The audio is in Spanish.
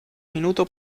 minuto